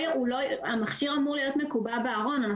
המכשיר אמור להיות מקובע בארון.